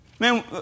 Man